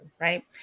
right